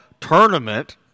Tournament